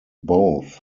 both